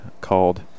called